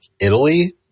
Italy